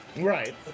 Right